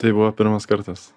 tai buvo pirmas kartas